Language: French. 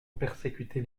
persécuter